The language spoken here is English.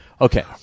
okay